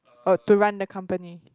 err to run the company